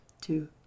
two